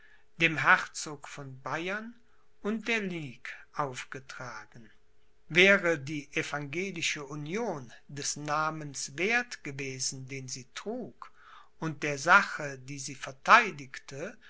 dem herzog von bayern und der ligue aufgetragen wäre die evangelische union des namens werth gewesen den sie trug und der sache die sie vertheidigte